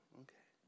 okay